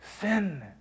Sin